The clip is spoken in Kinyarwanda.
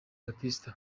baptiste